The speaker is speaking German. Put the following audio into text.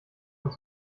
und